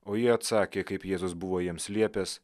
o jie atsakė kaip jėzus buvo jiems liepęs